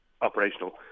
operational